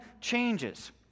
changes